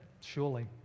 Surely